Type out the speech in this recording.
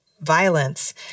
violence